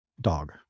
dog